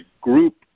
group